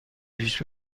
پیش